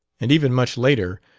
and even much later,